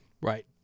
right